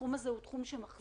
התחום הזה הוא תחום שמחזיק